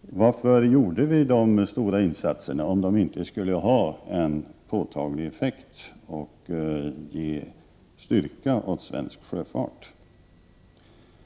Varför gjorde vi dessa insatser om de inte skulle ha en påtaglig effekt och ge svensk sjöfart styrka?